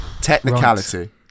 Technicality